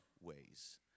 ways